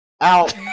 out